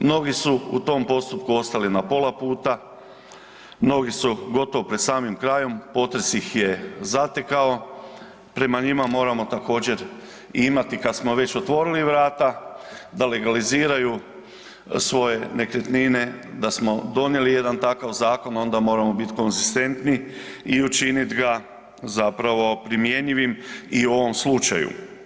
Mnogi su u tom postupku ostali na pola puta, mnogu su gotovo pred samim krajem, potres ih je zatekao, prema njima moramo također imati kad smo već otvorili vrata, da legaliziraju svoje nekretnine, da smo donijeli jedan takav zakon, onda moramo biti konzistentni i učinit ga zapravo primjenjivim i u ovom slučaju.